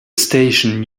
station